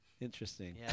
Interesting